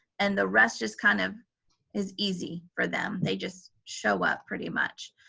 and the rest just kind of is easy for them. they just show up, pretty much.